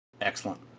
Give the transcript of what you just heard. Excellent